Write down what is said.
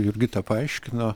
jurgita paaiškino